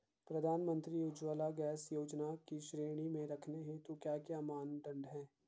प्रधानमंत्री उज्जवला गैस योजना की श्रेणी में रखने हेतु क्या क्या मानदंड है?